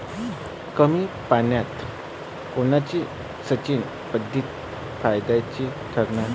कमी पान्यात कोनची सिंचन पद्धत फायद्याची ठरन?